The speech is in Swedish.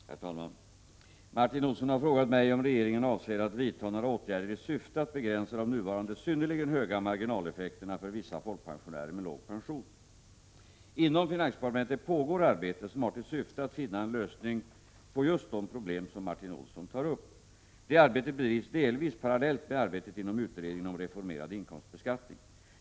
Herr talman! Martin Olsson har frågat mig om regeringen avser att vidta några åtgärder i syfte att begränsa de nuvarande synnerligen höga marginaleffekterna för vissa folkpensionärer med låg pension. Inom finansdepartementet pågår arbete som har till syfte att finna en lösning på just de problem som Martin Olsson tar upp. Det arbetet bedrivs delvis parallellt med arbetet inom utredningen om reformerad inkomstbeskattning.